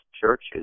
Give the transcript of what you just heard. churches